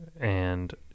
And-